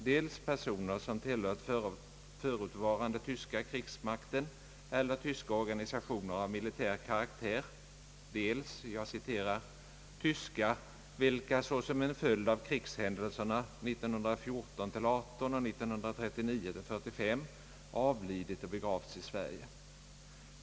dels personer som tillhört förutvarande tyska krigsmakten eller tyska organisationer av militär karaktär, dels »tyskar, vilka såsom en följd av krigshändelserna 1914 45 avlidit och begravts i Sverige».